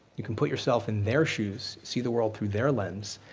you can put yourself in their shoes, see the world through their lens,